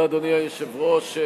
אדוני היושב-ראש,